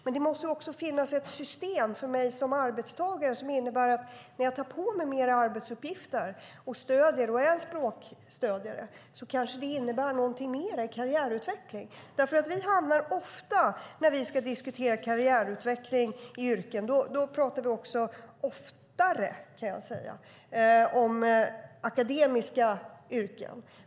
Men det måste också finnas ett system för mig som arbetstagare när jag tar på mig mer arbetsuppgifter och är en språkstödjare som innebär någonting mer i karriärutvecklingen. När vi ska diskutera karriärutveckling i yrken pratar vi oftare om akademiska yrken.